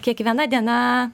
kiekviena diena